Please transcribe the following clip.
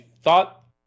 thought